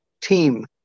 team